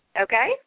Okay